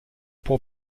può